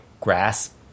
grasp